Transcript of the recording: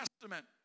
Testament